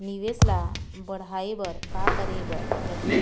निवेश ला बड़हाए बर का करे बर लगही?